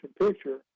picture